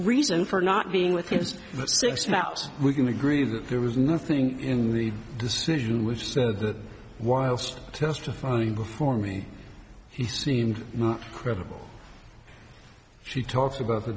reason for not being with his six about we can agree that there was nothing in the decision which said that whilst testifying before me he seemed not credible she talks about he